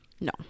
No